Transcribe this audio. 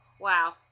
Wow